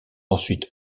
ensuite